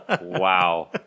Wow